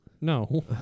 No